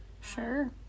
Sure